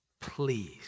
Please